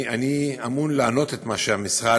אני אמון, לענות מה שהמשרד